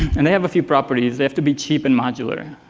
and they have a few properties. they have to be cheap and modular,